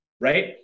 right